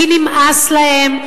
כי נמאס להן,